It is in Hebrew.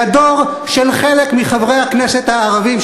והדור של חלק מחברי הכנסת הערבים,